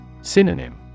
Synonym